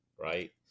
right